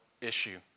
issue